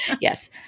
Yes